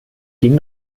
ging